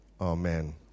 amen